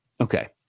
okay